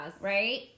Right